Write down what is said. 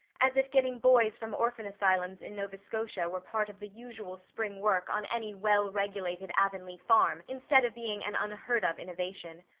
as if getting boys from orphan asylums in nova scotia were part of the usual spring work on any well-regulated avonlea farm instead of being an unheard of innovation.